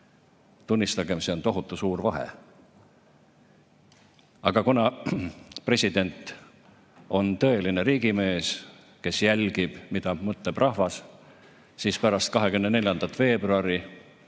Tunnistagem, see on tohutu suur vahe. Aga kuna president on tõeline riigimees, kes jälgib, mida mõtleb rahvas, siis pärast 24. veebruari,